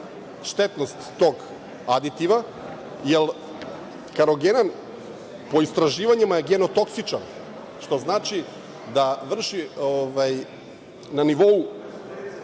štetnost tog aditiva? Karogenan je po istraživanjima genotoksičan, što znači da vrši na nivou